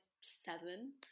seven